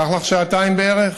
לקח לך שעתיים בערך?